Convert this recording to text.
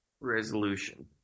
resolution